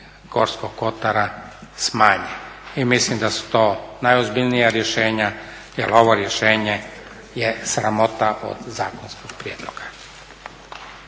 Gorskog Kotara smanje i mislim da su to najozbiljnija rješenja jel ovo rješenje je sramota od zakonskog prijedloga.